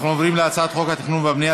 אנחנו עוברים להצעת חוק התכנון והבנייה